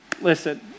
Listen